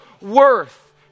worth